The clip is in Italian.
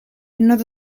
noto